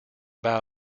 bow